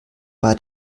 bei